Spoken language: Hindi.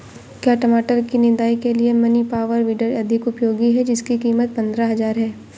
क्या टमाटर की निदाई के लिए मिनी पावर वीडर अधिक उपयोगी है जिसकी कीमत पंद्रह हजार है?